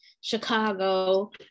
Chicago